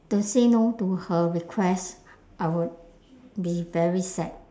to say no to her request I would be very sad